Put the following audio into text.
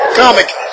comic